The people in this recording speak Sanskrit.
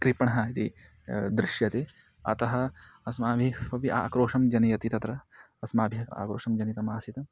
कृपणः जि दृश्यते अतः अस्माभिः कोऽपि आक्रोशं जनयति तत्र अस्माभिः आक्रोशः जनितः आसीत्